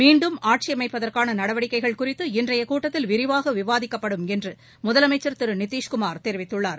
மீண்டும் ஆட்சி அமைப்பதற்கான நடவடிக்கைள் குறித்து இன்றைய கூட்டத்தில் விரிவாக விவாதிக்கப்படும் என்று முதலமைச்சர் திரு நிதீஷ்குமார் தெரிவித்துள்ளார்